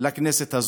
לכנסת הזאת.